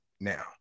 now